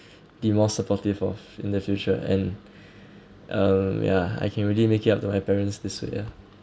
be more supportive of in the future and um ya I can really make it up to my parents this way ya